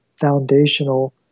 foundational